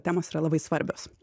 temos yra labai svarbios